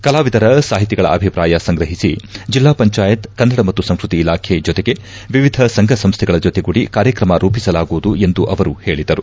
ಕಲಾವಿದರ ಸಾಹಿತಿಗಳ ಅಭಿಪ್ರಾಯ ಸಂಗ್ರಹಿಸಿ ಜಿಲ್ಲಾ ಪಂಚಾಯತ್ ಕನ್ನಡ ಮತ್ತು ಸಂಸ್ಕೃತಿ ಇಲಾಖೆ ಜೊತೆಗೆ ವಿವಿಧ ಸಂಘ ಸಂಸ್ಥೆಗಳ ಜೊತೆಗೂಡಿ ಕಾರ್ಯಕ್ರಮ ರೂಪಿಸಲಾಗುವುದು ಎಂದು ಅವರು ಹೇಳಿದರು